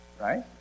right